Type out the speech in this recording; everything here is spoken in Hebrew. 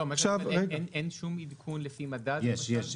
לא אבל מה שאני שואל זה אם אין שום עדכון לפי מדד או למשל?